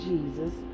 Jesus